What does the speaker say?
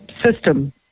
system